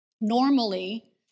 Normally